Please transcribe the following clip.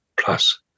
plus